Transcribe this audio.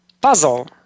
puzzle